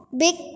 big